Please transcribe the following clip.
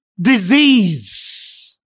disease